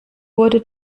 wurde